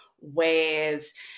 ways